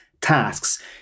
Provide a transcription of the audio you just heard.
tasks